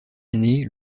année